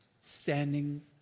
standing